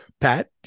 Pat